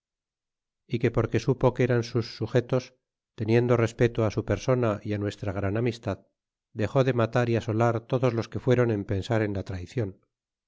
e que porque supo que eran sus sugetos teniendo respeto su persona y á nuestra gran amistad dexó de matar y asolar todos los que fueron en pensar en la traicion